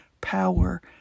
power